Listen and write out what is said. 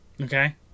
okay